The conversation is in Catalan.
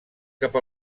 cap